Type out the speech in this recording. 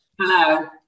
Hello